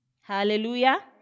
Hallelujah